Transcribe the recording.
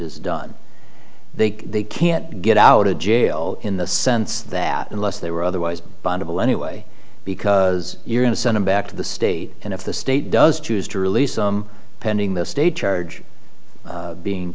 done they can't get out of jail in the sense that unless they were otherwise bondable anyway because you're going to send him back to the state and if the state does choose to release some pending the state charge being